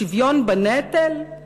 שוויון בנטל?